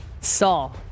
Saul